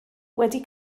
wedi